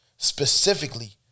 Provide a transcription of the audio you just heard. Specifically